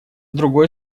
другой